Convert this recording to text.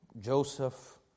Joseph